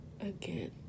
again